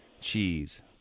cheese